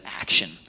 action